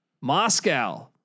Moscow